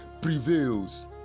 prevails